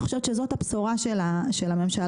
בחיבור שבין רשות החדשנות למדע.